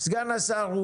סגן השר,